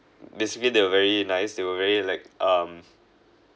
basically they were very nice they were very like um